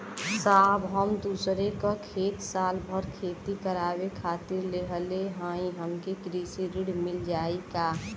साहब हम दूसरे क खेत साल भर खेती करावे खातिर लेहले हई हमके कृषि ऋण मिल जाई का?